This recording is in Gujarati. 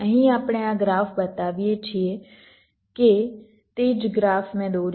અહીં આપણે આ ગ્રાફ બતાવીએ છીએ કે તે જ ગ્રાફ મેં દોર્યો હતો